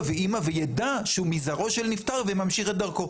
ואמא וידע שהוא מזרעו של נפטר וממשיך את דרכו?